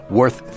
worth